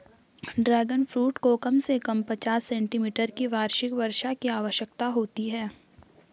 dragon fruit को कम से कम पचास सेंटीमीटर की वार्षिक वर्षा की आवश्यकता होती है